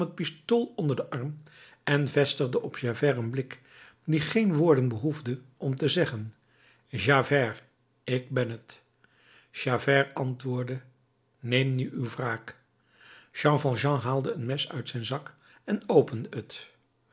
onder den arm en vestigde op javert een blik die geen woorden behoefde om te zeggen javert ik ben het javert antwoordde neem nu uw wraak jean valjean haalde een mes uit zijn zak en opende het